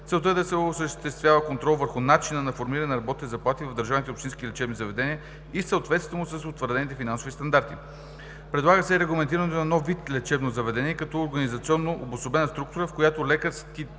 Целта е да се осъществява контрол върху начина на формиране на работните заплати в държавните и общинските лечебни заведения и съответствието му с утвърдените финансови стандарти. Предлага се регламентирането на нов вид лечебно заведение като организационно обособена структура, в която лекарски